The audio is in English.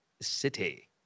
City